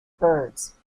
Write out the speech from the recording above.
birds